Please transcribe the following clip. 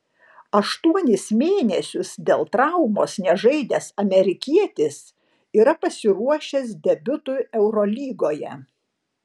aštuonis mėnesius dėl traumos nežaidęs amerikietis yra pasiruošęs debiutui eurolygoje